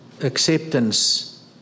acceptance